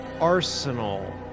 arsenal